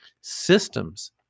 systems